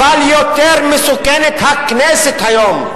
אבל יותר מסוכנת הכנסת היום.